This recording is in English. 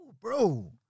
bro